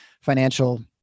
financial